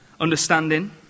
understanding